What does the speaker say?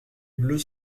bleus